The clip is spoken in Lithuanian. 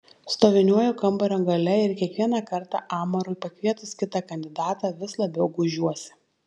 stoviniuoju kambario gale ir kiekvieną kartą amarui pakvietus kitą kandidatą vis labiau gūžiuosi